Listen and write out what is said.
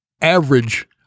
average